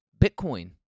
Bitcoin